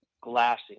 glassing